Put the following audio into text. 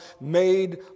made